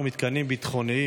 התשפ"ג 2023,